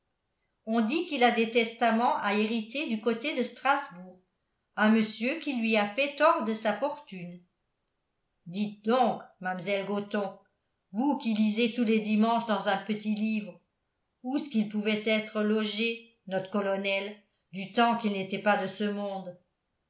on dit qu'il a des testaments à hériter du côté de strasbourg un monsieur qui lui a fait tort de sa fortune dites donc mam'selle gothon vous qui lisez tous les dimanches dans un petit livre oùs qu'il pouvait être logé not colonel du temps qu'il n'était pas de ce monde